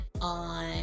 on